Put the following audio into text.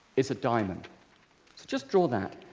is a diamond. so just draw that.